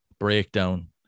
breakdown